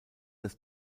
das